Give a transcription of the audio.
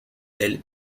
del